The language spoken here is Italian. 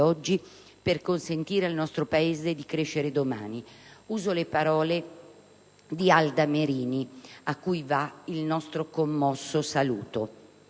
oggi, per consentire al nostro Paese di crescere domani. Usando le parole della poetessa Alda Merini, a cui va il nostro commosso saluto,